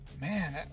man